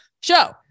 show